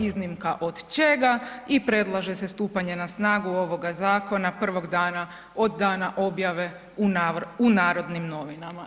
Iznimka od čega i predlaže se stupanje na snagu ovoga zakona prvog dana od dana objave u Narodnim novinama.